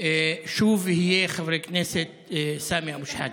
שוב יהיה חבר הכנסת סמי אבו שחאדה.